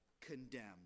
condemned